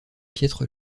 piètre